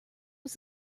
was